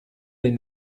les